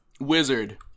Wizard